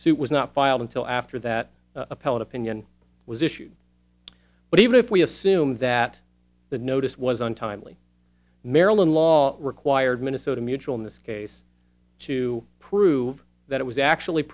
suit was not filed until after that appellate opinion was issued but even if we assume that the notice was untimely maryland law required minnesota mutual in this case to prove that it was actually